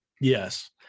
Yes